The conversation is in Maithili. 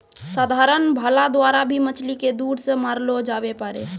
साधारण भाला द्वारा भी मछली के दूर से मारलो जावै पारै